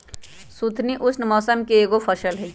सुथनी उष्ण मौसम के एगो फसल हई